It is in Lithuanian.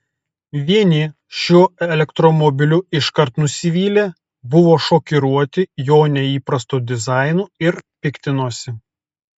vieni šiuo elektromobiliu iškart nusivylė buvo šokiruoti jo neįprastu dizainu ir piktinosi